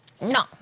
no